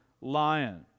lion